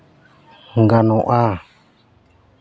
ᱜᱟᱱᱚᱜᱼᱟ